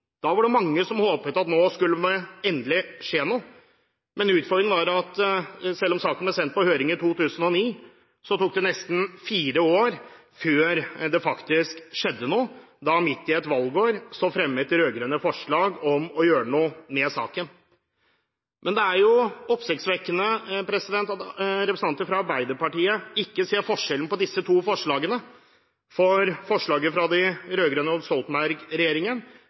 Da var det mange som håpet at nå skulle det endelig skje noe. Men utfordringen var at selv om saken ble sendt på høring i 2009, tok det nesten fire år før det faktisk skjedde noe. Da, midt i et valgår, fremmet de rød-grønne forslag om å gjøre noe med saken. Det er oppsiktsvekkende at representanter fra Arbeiderpartiet ikke ser forskjellen på disse to forslagene, for forslaget fra de rød-grønne og